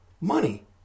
money